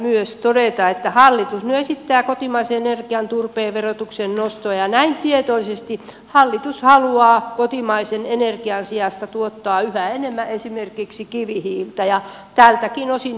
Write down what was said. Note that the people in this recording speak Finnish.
haluan todeta että hallitus nyt esittää kotimaisen energian turpeen verotuksen nostoa ja näin tietoisesti hallitus haluaa kotimaisen energian sijasta tuottaa yhä enemmän esimerkiksi kivihiiltä ja tältäkin osin tuonti lisääntyy